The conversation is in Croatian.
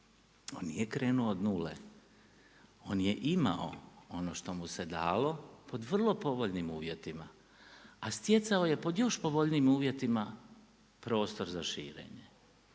On nije krenuo od 0, on je imao ono što mu se dalo po vrlo povoljnim uvjetima. A stjecao je pod još povoljnijim uvjetima, prostor za širenje.